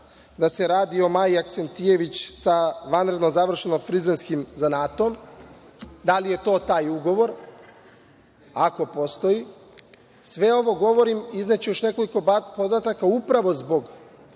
da se radi o Maji Aksentijević za vanredno završenim frizerskim zanatom? Da li je to taj ugovor, ako postoji? Sve ovo govorim, izneću još nekoliko podataka upravo zbog